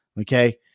Okay